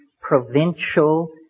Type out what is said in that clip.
provincial